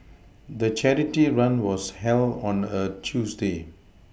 the charity run was held on a Tuesday